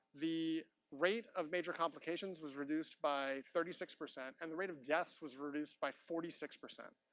the rate of major complications was reduced by thirty six percent and the rate of deaths was reduced by forty six percent.